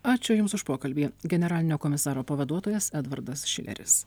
ačiū jums už pokalbį generalinio komisaro pavaduotojas edvardas šileris